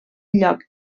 lloc